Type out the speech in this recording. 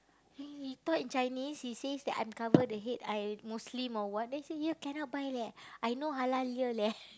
he he talk in Chinese he says that I cover the head I Muslim or what then say here cannot buy leh I no halal here leh